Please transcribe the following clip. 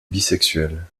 bisexuel